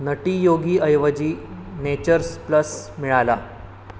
नटी योगीऐवजी nature's plus मिळाला